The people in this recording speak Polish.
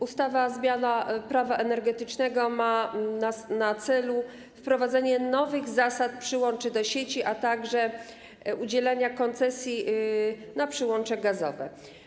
Ustawa o zmianie Prawa energetycznego ma na celu wprowadzenie nowych zasad przyłączania do sieci, a także udzielania koncesji na przyłącza gazowe.